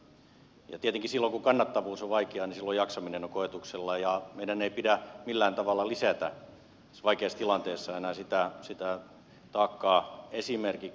tietenkin silloin kun kannattavuus on vaikeaa niin silloin jaksaminen on koetuksella ja meidän ei pidä millään tavalla lisätä tässä vaikeassa tilanteessa enää sitä taakkaa